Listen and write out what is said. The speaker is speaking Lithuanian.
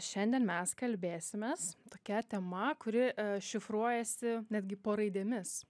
šiandien mes kalbėsimės tokia tema kuri šifruojasi netgi po raidėmis